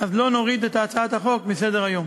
אז לא נוריד את הצעת החוק מסדר-היום.